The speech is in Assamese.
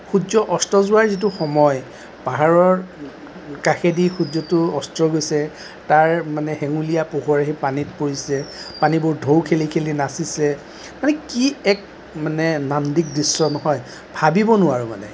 সূৰ্য অস্ত যোৱাৰ যিটো সময় পাহাৰৰ কাষেদি সূৰ্যটো অস্ত গৈছে তাৰ মানে হেঙুলীয়া পোহৰ সেই পানীত পৰিছে পানীবোৰ ঢৌ খেলি খেলি নাচিছে মানে কি এক মানে নান্দনিক দৃশ্য নহয় ভাবিব নোৱাৰোঁ মানে